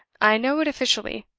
i know it officially.